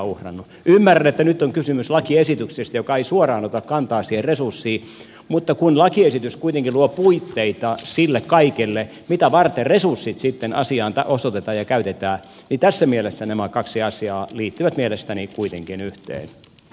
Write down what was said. ymmärrän että nyt on kysymys lakiesityksestä joka ei suoraan ota kantaa siihen resurssiin mutta kun lakiesitys kuitenkin luo puitteita sille kaikelle mitä varten resurssit sitten asiaan osoitetaan ja käytetään niin tässä mielessä nämä kaksi asiaa liittyvät mielestäni kuitenkin yhteen